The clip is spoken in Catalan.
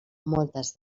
moltes